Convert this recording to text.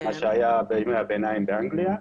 מה שהיה בימי הביניים באנגליה,